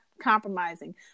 compromising